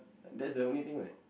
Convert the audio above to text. that's the only thing what